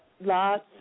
lots